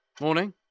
Morning